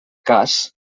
cas